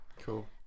Cool